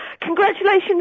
Congratulations